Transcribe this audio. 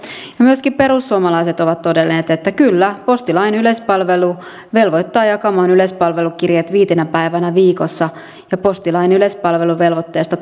myöskin perussuomalaiset ovat todenneet että kyllä postilain yleispalvelu velvoittaa jakamaan yleispalvelukirjeet viitenä päivänä viikossa ja postilain yleispalveluvelvoitteesta